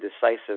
decisive